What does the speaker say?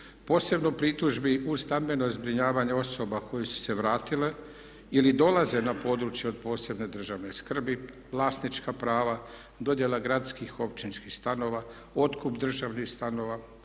Posebno pritužbi u stambeno zbrinjavanje osoba koje su se vratile ili dolaze na područje od posebne državne skrbi, vlasnička prava dodjela gradskih, općinskih stanova, otkup državnih stanova,